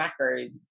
macros